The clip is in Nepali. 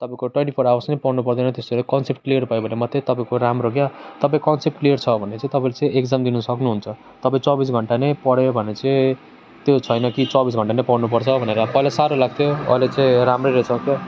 तपाईँको ट्वेन्टी फोर आवर्स नै पढ्नु पर्दैन त्यसरी कन्सेप्ट क्लियर भयो भने मात्रै तपाईँको राम्रो क्या तपाईँको कन्सेप्ट क्लियर छ भने चाहिँ तपाईँले चाहिँ एक्जाम दिन सक्नुहुन्छ तपाईँ चौबिस घन्टा नै पढ्यो भने चाहिँ त्यो छैन कि चौबिस घन्टा नै पढ्नुपर्छ भनेर पहिला साह्रो लाग्थ्यो अहिले चाहिँ राम्रै रहेछ क्या हो